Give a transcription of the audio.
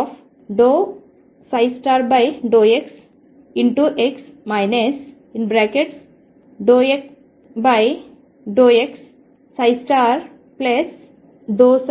∂ψ∂x∂x∂ψ∂xx∂xdx